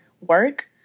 work